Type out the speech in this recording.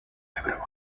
everyone